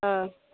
ஆ